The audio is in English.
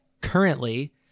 currently